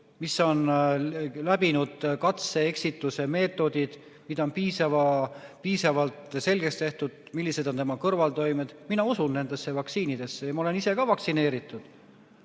mis on läbinud katse-eksituse-meetodid ja mille kohta on piisavalt selgeks tehtud, millised on kõrvaltoimed. Mina usun nendesse vaktsiinidesse. Ja ma olen ise ka vaktsineeritud.